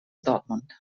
dortmund